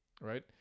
Right